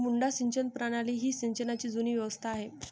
मुड्डा सिंचन प्रणाली ही सिंचनाची जुनी व्यवस्था आहे